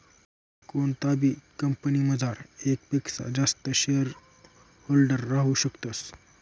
कोणताबी कंपनीमझार येकपक्सा जास्त शेअरहोल्डर राहू शकतस